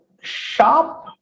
sharp